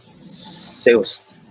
sales